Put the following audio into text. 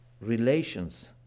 relations